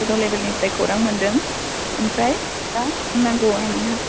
गोजौ लेभेलनिफ्राय खौरां मोन्दों ओमफ्राय दा बुंनांगौआ नोंहा